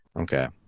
Okay